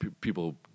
people